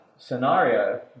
scenario